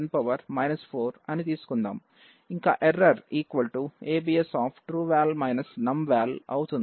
ఇంకా error abs అవుతుంది